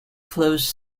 flows